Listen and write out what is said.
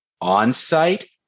on-site